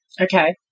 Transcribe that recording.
Okay